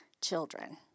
children